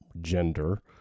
gender